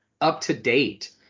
up-to-date